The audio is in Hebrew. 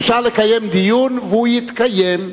אפשר לקיים דיון, והוא יתקיים.